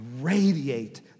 radiate